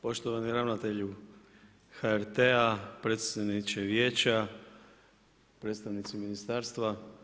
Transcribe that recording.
Poštovani ravnatelju HRT-a, predsjedniče Vijeća, predstavnici ministarstva.